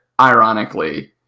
ironically